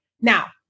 Now